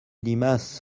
limace